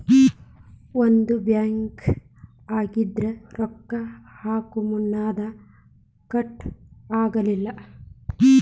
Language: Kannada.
ಒಂದ ಬ್ಯಾಂಕ್ ಆಗಿದ್ರ ರೊಕ್ಕಾ ಹಾಕೊಮುನ್ದಾ ಕಟ್ ಆಗಂಗಿಲ್ಲಾ